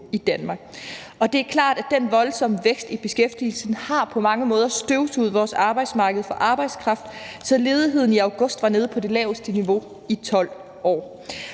det er klart, at den voldsomme vækst i beskæftigelsen på mange måder har støvsuget vores arbejdsmarked for arbejdskraft, så ledigheden i august var nede på det laveste niveau i 12 år.